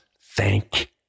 thank